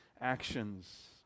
actions